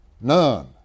None